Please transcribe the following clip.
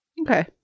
Okay